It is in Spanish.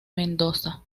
mendoza